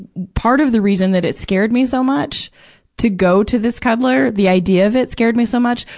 part of the reason that is scared me so much to go to this cuddler, the idea of it scared me so much,